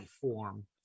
form